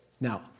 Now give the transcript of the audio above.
Now